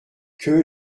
que